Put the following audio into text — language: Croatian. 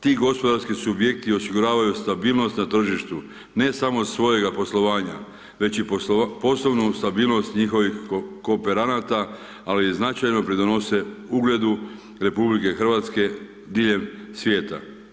Ti gospodarski subjekti osiguravaju stabilnost na tržištu, ne samo svojega poslovanja već i poslovnu stabilnost njihovih kooperanata, ali i značajno pridonose ugledu RH diljem svijeta.